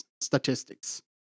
statistics